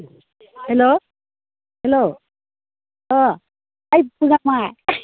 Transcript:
hello hello अ ओइ बुङामाय